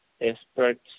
Experts